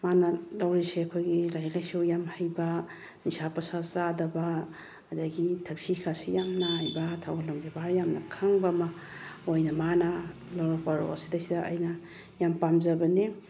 ꯃꯥꯅ ꯂꯧꯔꯤꯁꯦ ꯑꯩꯈꯣꯏꯒꯤ ꯂꯥꯏꯔꯤꯛ ꯂꯥꯏꯁꯨ ꯌꯥꯝ ꯍꯩꯕ ꯅꯤꯁꯥ ꯄꯨꯁꯥ ꯆꯥꯗꯕ ꯑꯗꯒꯤ ꯊꯛꯁꯤ ꯈꯥꯁꯤ ꯌꯥꯝ ꯅꯥꯏꯕ ꯊꯧꯒꯜꯂꯣꯟ ꯕꯦꯕꯥꯔ ꯌꯥꯝꯅ ꯈꯪꯕꯃ ꯑꯣꯏꯅ ꯃꯥꯅ ꯂꯧꯔꯛꯄ ꯔꯣꯜꯁꯤꯗꯩꯁꯤꯗ ꯑꯩꯅ ꯌꯥꯝ ꯄꯥꯝꯖꯕꯅꯤ